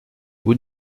vous